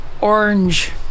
orange